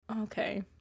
Okay